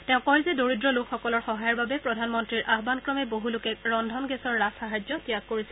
তেওঁ কয় যে দৰিদ্ৰ লোকসকলৰ সহায়ৰ বাবে প্ৰধানমন্ত্ৰীৰ আহ্য়ন ক্ৰমে বছলোকে ৰন্ধন গেছৰ ৰাজসাহায্য ত্যাগ কৰিছে